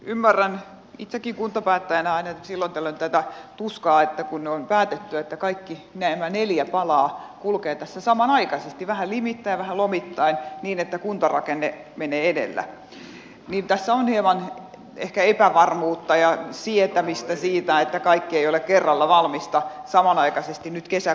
ymmärrän itsekin kuntapäättäjänä aina silloin tällöin tätä tuskaa että kun on päätetty että kaikki nämä neljä palaa kulkevat tässä samanaikaisesti vähän limittäin vähän lomittain niin että kuntarakenne menee edellä niin tässä on hieman ehkä epävarmuutta ja sietämistä siinä että kaikki ei ole kerralla valmista samanaikaisesti nyt kesäkuussa